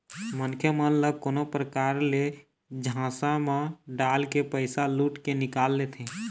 मनखे मन ल कोनो परकार ले झांसा म डालके पइसा लुट के निकाल लेथें